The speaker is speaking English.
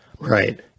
Right